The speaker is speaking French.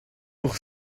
pour